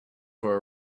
for